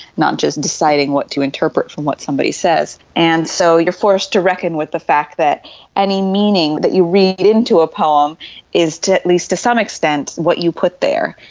not just deciding what to interpret from what somebody says. and so you're forced to reckon with the fact that any meaning that you read into a poem is, at least to some extent, what you put there.